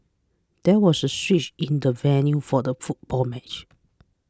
there was a switch in the venue for the football match